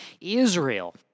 Israel